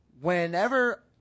Whenever